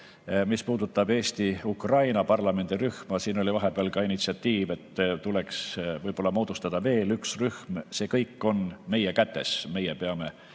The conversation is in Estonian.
Mis puudutab Eesti-Ukraina parlamendirühma, siis siin oli vahepeal ka initsiatiiv, et võib-olla tuleks moodustada veel üks rühm. See kõik on meie kätes, meie peame need